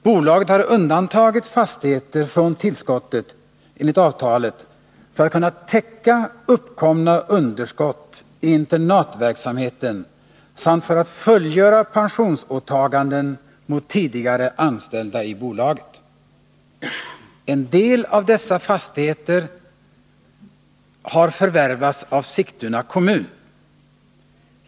Bolaget har undantagit fastigheter från tillskottet enligt avtalet för att kunna täcka uppkomna underskott i internatverksamheten samt för att fullgöra pensionsåtaganden mot tidigare anställda i bolaget. En del av dessa fastigheter har förvärvats av Sigtuna kommun.